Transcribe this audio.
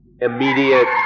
immediate